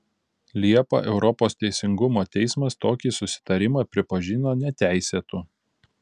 liepą europos teisingumo teismas tokį susitarimą pripažino neteisėtu